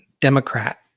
Democrat